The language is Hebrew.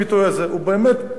הוא באמת גאון.